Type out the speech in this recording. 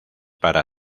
para